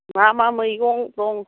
मा मा मैगं दं